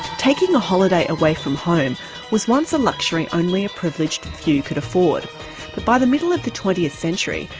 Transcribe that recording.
taking a holiday away from home was once a luxury only a privileged few could afford. but by the middle of the twentieth century,